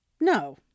No